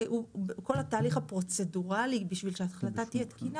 כל התהליך הפרוצדורלי בשביל שההחלטה תהיה תקינה,